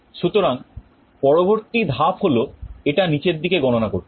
সুতরাং পরবর্তী ধাপ হল এটা নিচের দিকে গণনা করছে